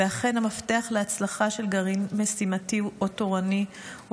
ואכן המפתח להצלחה של גרעין משימתי או תורני הוא